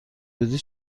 بودی